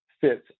fits